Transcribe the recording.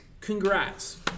Congrats